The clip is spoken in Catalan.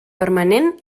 permanent